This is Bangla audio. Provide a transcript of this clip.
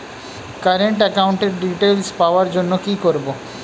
কারেন্ট একাউন্টের ডিটেইলস পাওয়ার জন্য কি করব?